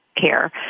care